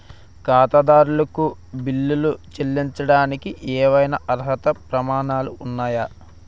ఖాతాదారులకు బిల్లులు చెల్లించడానికి ఏవైనా అర్హత ప్రమాణాలు ఉన్నాయా?